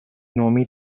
nomi